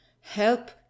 Help